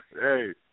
Hey